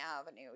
Avenue